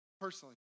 personally